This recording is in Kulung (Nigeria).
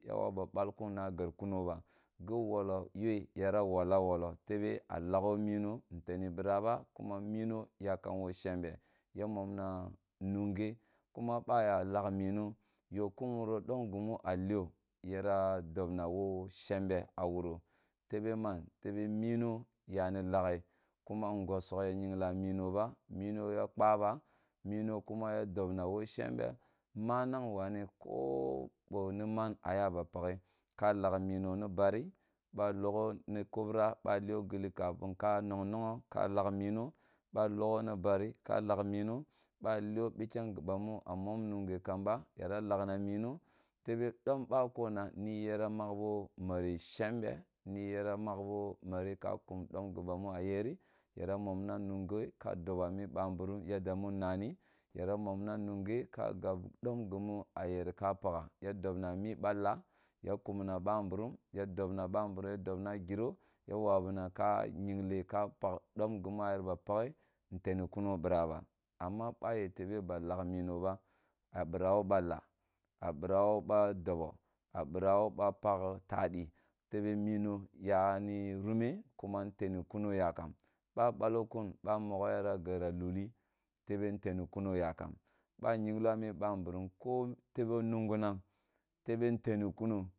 Ya wawu ba bal kun na ger kuno ba gi wolo yeu yara wolla wollo lebea lagho mino nteni bira ba kuma mono yakum wo shebe ya momna nunge kuma ba ya lagh mino yo kumuro do gimu a loo yara dobna wo shembe a wuro tebe man, tebe mino yani laghe kuma ngosogh ya yingla mino ba mino ya kpa ba mino kuma ya dobna wo shambe manang wane ko bo ni man ayaba pakha ka lagh mino no bari ba logho ni kubra ba boo dilli kafin ka neng nogho ka lagh mino ba logho ne bari ka lagh mino ba loo bikyang yi ba mu a mm nunfe kamba yara lagh na mino tebe dom boko na niyi yara magh no muri shembe ni yi yara bagh bo meri ka kum dom yi bamu a yeri yara mom na nunghe ka doba mi ba mburum yadda mi nna ni yara mom na nunge ka gab dom gimbi a yeri ka pagha ya dobna mi be ba laa ya kumna ba mburum ya dobna ba mburum ya dobna giro, ya wabu na ka yigle ka pakh dom gime yeri ba pakhe nteri kuni bira ba amma ba ytee be ba lagh mino ba a bira wo ba laa a bira wo ba dobo a bira wo ba palh tadi tebe mino ya ni rune balo kun ba nmogho yara gerra luli kun ba nmogho yara gerra luli tebe nteni kun yakam ba yingho a mi ba mburum ko tebo nungunang tebe ntebi kuno